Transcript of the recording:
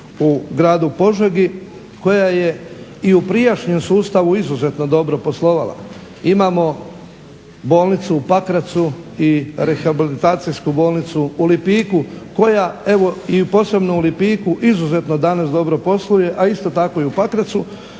u gradu Požegi koja je i u prijašnjem sustavu izuzetno dobro poslovala, imamo bolnicu u Pakracu i Rehabilitacijsku bolnicu u Lipiku koja evo posebno u Lipiku izuzetno danas dobro posluje a isto tako i u Pakracu.